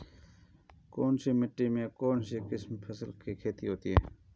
कौनसी मिट्टी में कौनसी किस्म की फसल की खेती होती है?